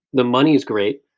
the money is great,